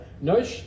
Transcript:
No